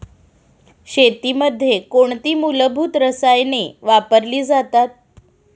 शेतीमध्ये कोणती मूलभूत रसायने वापरली जातात?